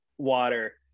water